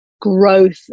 growth